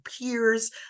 peers